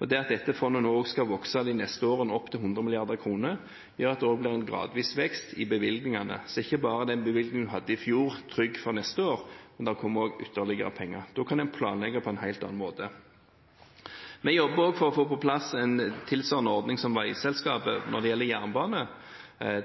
og det at dette fondet skal vokse de neste årene – opp til 100 mrd. kr – gjør at det også blir en gradvis vekst i bevilgningene. Så ikke bare er den bevilgningen en hadde i fjor, trygg for neste år, men det kommer også ytterligere penger. Da kan en planlegge på en helt annen måte. Vi jobber også for å få på plass en tilsvarende ordning som veiselskapet når det gjelder jernbane.